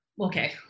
okay